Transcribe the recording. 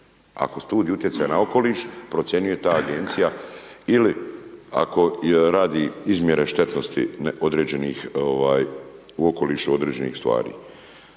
ako studij utjecaja na okoliš procjenjuje ta agencija ili ako radi izmjere štetnosti određenih ovaj